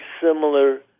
similar